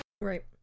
right